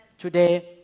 Today